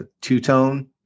two-tone